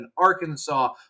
Arkansas